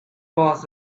was